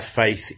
faith